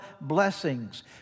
blessings